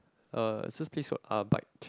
uh it's this place called Arbite